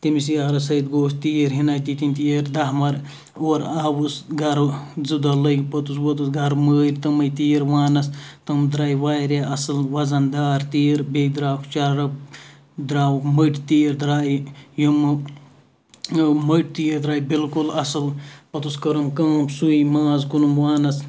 تمِس یارَس سۭتۍ گووُس تیٖر ہیٚنہِ تیٖر دَہہ مَر اورٕ آوُس گَرٕ زٕ دۄہ لٔگۍ پوٚتُس ووتُس گَرٕ مٲرۍ تِمے تیٖر وانَس تِم دراے واریاہ اَصل وَزَن دار تیٖر بییٚہِ دراوُکھ چَرٕب دراوُکھ مٔٹۍ تیٖر دراے یِمَو مٔٹۍ تیٖر دراے بِلکُل اَصل پوٚتُس کٔرٕم کٲم سُے ماز کُنُم وانَس